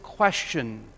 question